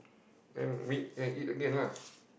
then meet and eat again lah